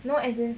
no as in